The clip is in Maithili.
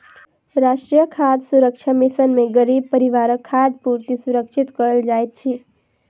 राष्ट्रीय खाद्य सुरक्षा मिशन में गरीब परिवारक खाद्य पूर्ति सुरक्षित कयल जाइत अछि